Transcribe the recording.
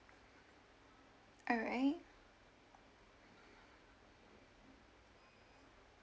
alright